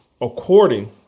according